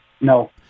No